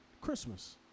Christmas